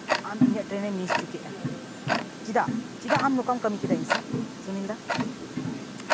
ᱟᱢ ᱤᱧᱟᱹᱜ ᱴᱨᱮᱱᱮᱢ ᱢᱤᱥ ᱦᱚᱪᱚ ᱠᱮᱫᱟ ᱪᱮᱫᱟᱜ ᱪᱮᱫᱟᱜ ᱟᱢ ᱱᱚᱝᱠᱟᱢ ᱠᱟᱹᱢᱤ ᱠᱮᱫᱟ ᱤᱧ ᱥᱟᱶ ᱥᱩᱱᱤᱞᱫᱟ